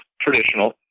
traditional